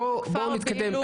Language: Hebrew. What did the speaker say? בואו נתקדם.